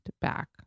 back